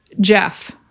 Jeff